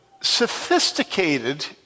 sophisticated